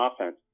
offense